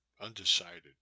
undecided